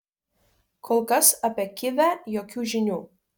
kol kas apie kivę jokių žinių